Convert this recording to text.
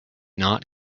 not